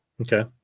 okay